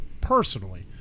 personally